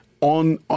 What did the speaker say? on